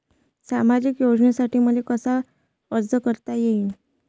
सामाजिक योजनेसाठी मले कसा अर्ज करता येईन?